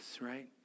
right